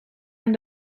aan